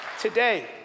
today